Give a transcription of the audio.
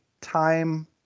time